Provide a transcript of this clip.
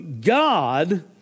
God